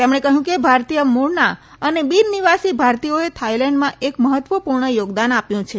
તેમણે કહ્યું કે ભારતીય મૂળના અને બિન નિવાસી ભારતીયોએ થાઇલેન્ડમાં એક મહત્વપૂર્ણ યોગદાન આપ્યું છે